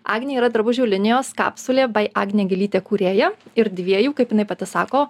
agnė yra drabužių linijos kapsulė bai agnė gilytė kūrėja ir dviejų kaip jinai pati sako